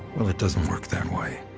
well, it doesn't work that way.